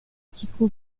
tycho